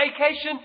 vacation